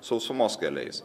sausumos keliais